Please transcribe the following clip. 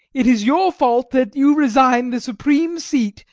it is your fault that you resign the supreme seat,